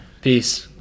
Peace